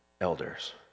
elders